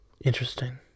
Interesting